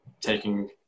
Taking